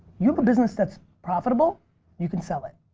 you have a business that's profitable you can sell it.